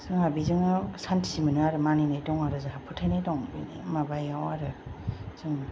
जोंहा बेजोंनो सान्थि मोनो आरो मानिनाय दं आरो जोंहा फोथायनाय दं बेनि माबायाव आरो जों